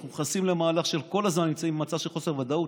אנחנו נכנסים למהלך שכל הזמן נמצאים במצב של חוסר ודאות.